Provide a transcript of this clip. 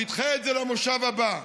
תדחה את זה למושב הבא.